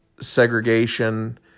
segregation